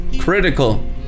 critical